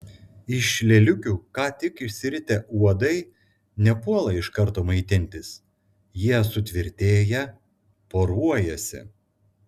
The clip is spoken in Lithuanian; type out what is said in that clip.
iš lėliukių ką tik išsiritę uodai nepuola iš karto maitintis jie sutvirtėja poruojasi